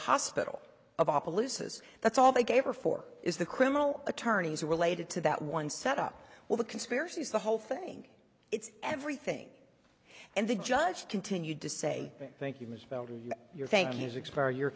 loses that's all they gave her for is the criminal attorneys are related to that one set up well the conspiracy is the whole thing it's everything and the judge continued to say thank you misspelled your